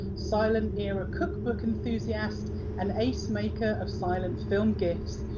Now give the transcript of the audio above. silent era cookbook enthusiast and ace-maker of silent film gifs,